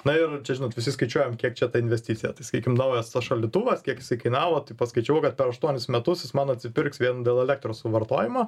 na ir čia žinot visi skaičiuojam kiek čia ta investicija tai sakykim naujas šaldytuvas kiek jisai kainavo tai paskaičiavau kad per aštuonis metus man atsipirks vien dėl elektros suvartojimo